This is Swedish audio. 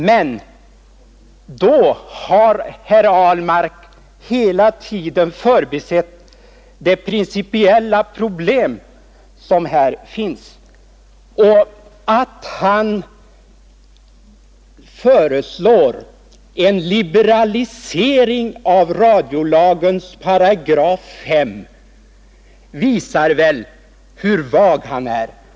Men då har herr Ahlmark hela tiden förbisett det principiella problem som här finns. Att herr Ahlmark föreslår en liberalisering av radiolagens §5 visar väl hur vag han är.